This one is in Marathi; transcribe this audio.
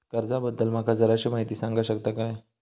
कर्जा बद्दल माका जराशी माहिती सांगा शकता काय?